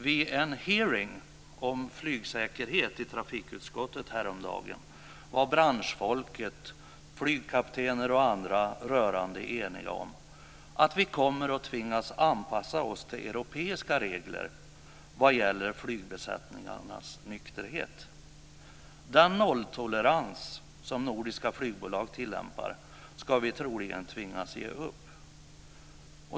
Vid en hearing häromdagen om flygsäkerhet i trafikutskottet var branschfolket, flygkaptener och andra, rörande eniga om att vi kommer att tvingas att anpassa oss efter europeiska regler vad gäller flygbesättningarnas nykterhet. Den nolltolerans som nordiska flygbolag tillämpar ska vi troligen tvingas ge upp.